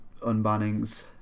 unbannings